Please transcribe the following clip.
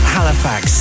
Halifax